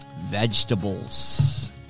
Vegetables